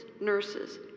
nurses